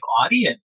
audience